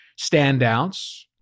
standouts